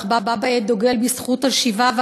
אך בה בעת דוגל בזכות השיבה,